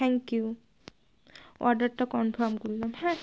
thank you অর্ডারটা confirm করলাম হ্যাঁ